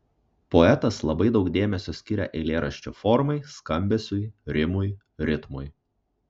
poetas labai daug dėmesio skiria eilėraščio formai skambesiui rimui ritmui